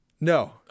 No